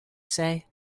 say